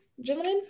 gentlemen